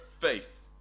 face